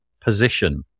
position